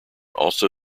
also